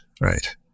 Right